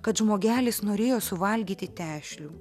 kad žmogelis norėjo suvalgyti tešlių